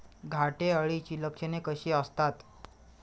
घाटे अळीची लक्षणे कशी असतात?